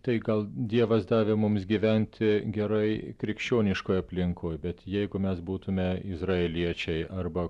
tai gal dievas davė mums gyventi gerai krikščioniškoj aplinkoj bet jeigu mes būtume izraeliečiai arba